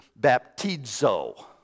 baptizo